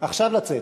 עכשיו לצאת.